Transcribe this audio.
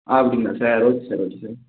அப்படிங்களா sir okay sir okay sir